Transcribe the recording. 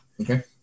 Okay